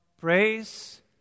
praise